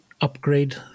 upgrade